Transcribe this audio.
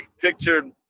pictured